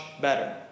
better